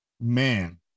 man